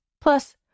Plus